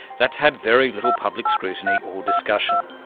that's had very little public scrutiny or discussion.